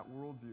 worldview